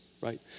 right